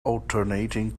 alternating